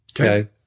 Okay